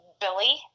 Billy